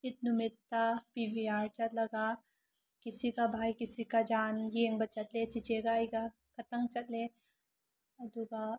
ꯏꯠ ꯅꯨꯃꯤꯠꯇ P V R ꯆꯠꯂꯒ ꯀꯤꯁꯤ ꯀ ꯚꯥꯏ ꯀꯤꯁꯤ ꯀ ꯖꯥꯟ ꯌꯦꯡꯕ ꯆꯠꯂꯦ ꯆꯤꯆꯦꯒ ꯑꯩꯒ ꯈꯛꯇꯪ ꯆꯠꯂꯦ ꯑꯗꯨꯒ